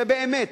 שבאמת,